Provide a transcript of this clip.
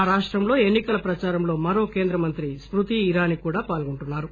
ఆ రాష్టంలో ఎన్ని కల ప్రచారంలో మరో కేంద్ర మంత్రి స్కృతి ఇరానీ కూడా పాల్గొంటున్నారు